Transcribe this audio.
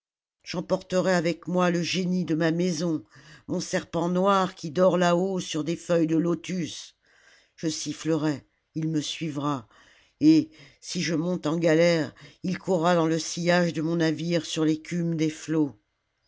j'emporterai avec moi le génie de ma maison mon serpent noir qui dort là-haut sur des feuilles de lotus je sifflerai il me suivra et si je monte en galère il courra dans le sillage de mon navire sur l'écume des flots